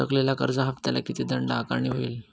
थकलेल्या कर्ज हफ्त्याला किती दंड आकारणी होईल?